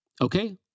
Okay